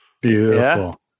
Beautiful